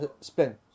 spin